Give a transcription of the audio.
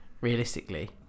realistically